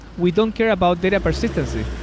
we don't care about data persistency,